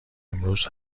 امروز